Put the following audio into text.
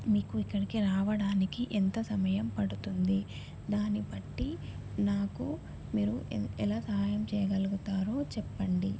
మీకు ఇక్కడకి రావడానికి ఎంత సమయం పడుతుంది దాని పట్టి నాకు మీరు ఎ ఎలా సహాయం చేయగలుగుతారో చెప్పండి